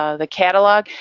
ah the catalog.